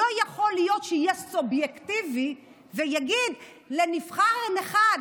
לא יכול להיות שיהיה סובייקטיבי ויגיד: לנבחר אחד,